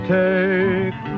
take